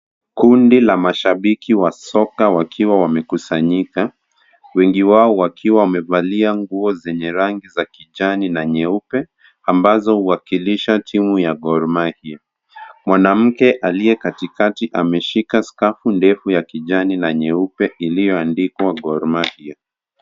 Kundi la mashabiki wa soka wakiwa wamekusanyika, wengi wao wakiwa wamevalia nguo zenye rangi za kijani na nyeupe, ambazo huwakilisha timu ya Gor Mahia. Mwanamke aliye katikati ameshika skafu ndefu ya kijani na nyeupe iliyoandikwa Gor Mahia.